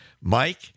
Mike